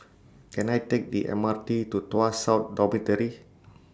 Can I Take The M R T to Tuas South Dormitory